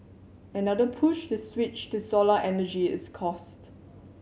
another push to switch to solar energy is cost